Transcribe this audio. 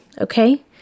okay